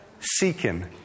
seeking